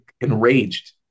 enraged